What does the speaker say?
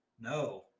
no